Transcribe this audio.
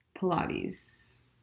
Pilates